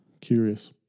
curious